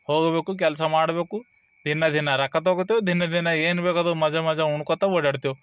ಹೋಗಬೇಕು ಕೆಲಸ ಮಾಡಬೇಕು ದಿನ ದಿನ ರೊಕ್ಕ ತಗೊತಿವಿ ದಿನ ದಿನ ಏನು ಬೇಕು ಅದು ಮಜ ಮಜ ಉಣ್ಕೊತಾ ಓಡಾಡ್ತೇವೆ